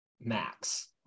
max